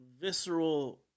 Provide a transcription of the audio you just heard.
visceral